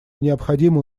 необходимое